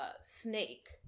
snake